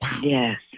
Yes